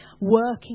working